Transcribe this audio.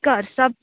ਘਰ ਸਭ